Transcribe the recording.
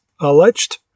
alleged